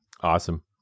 Awesome